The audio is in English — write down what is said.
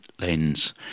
lens